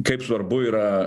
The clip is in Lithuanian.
kaip svarbu yra